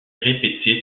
répétée